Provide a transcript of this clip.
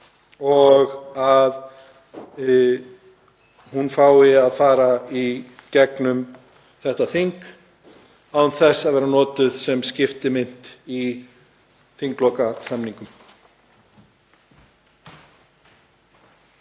og að hún fái að fara í gegnum þetta þing án þess að vera notuð sem skiptimynt í þinglokasamningum.